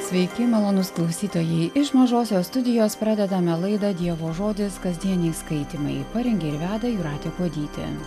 sveiki malonūs klausytojai iš mažosios studijos pradedame laidą dievo žodis kasdieniai skaitymai parengė ir veda jūratė kuodytė